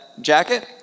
jacket